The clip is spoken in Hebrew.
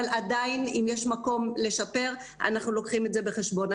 אם יש מקום לשפר, אנחנו ניקח את זה בחשבון.